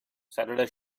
saturday